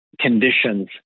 conditions